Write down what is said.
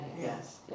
Yes